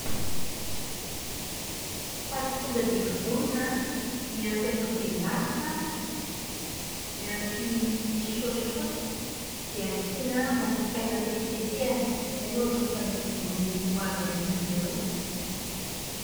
Paty tonga dia vonona miampy atody endasina miampy saosisaosy dia asiana mofo dipaina tetitetehana. Izay no arosoko an'izy dimy ho avy harivariva eo.